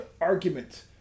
argument